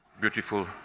beautiful